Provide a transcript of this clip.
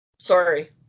Sorry